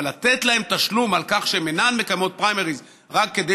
אבל לתת להן תשלום על כך שאינן מקיימות פריימריז רק כדי